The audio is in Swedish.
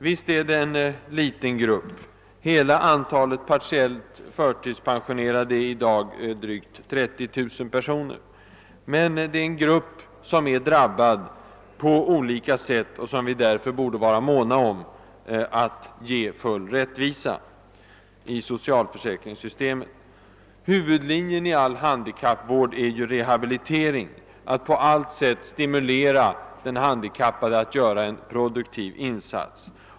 Visst är det en liten grupp — hela antalet partiellt förtidspensionerade är i dag 30 000 personer — men det är en grupp som är drabbad på olika sätt och som vi därför borde vara måna om att ge full rättvisa i socialförsäkringssystemet. Huvudlinjen i all handikappvård är ju rehabilitering, alltså att på allt sätt stimulera den handikappade att göra en produktiv insats.